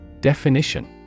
Definition